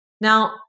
Now